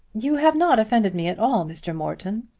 you have not offended me at all, mr. morton.